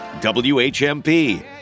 WHMP